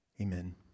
amen